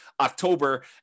October